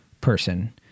person